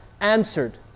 answered